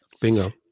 Bingo